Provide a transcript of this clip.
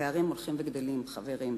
הפערים הולכים וגדלים, חברים.